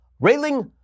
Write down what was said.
railing